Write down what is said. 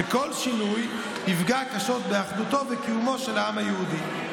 וכל שינוי יפגע קשות באחדותו וקיומו של העם היהודי.